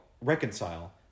reconcile